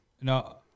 No